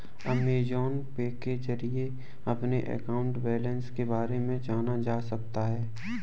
Amazon Pay के जरिए अपने अकाउंट बैलेंस के बारे में जाना जा सकता है